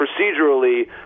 procedurally